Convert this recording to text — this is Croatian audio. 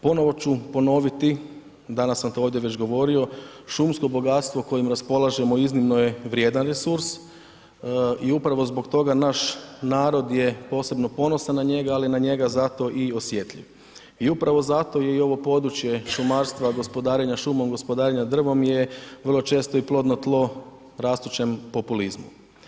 Ponovo ću ponoviti, danas sam to ovdje već govorio, šumsko bogatstvo kojim raspolažemo iznimno je vrijedan resurs i upravo zbog toga naš narod je posebno ponosan na njega, ali na njega zato i osjetljiv i upravo zato je i ovo područje šumarstva, gospodarenja šumom, gospodarenja drvom, je vrlo često i plodno tlo rastućem populizmu.